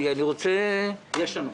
יש לנו.